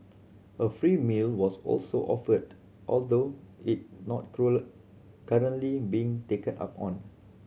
a free meal was also offered although it not currently being taken up on